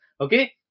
okay